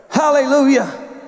Hallelujah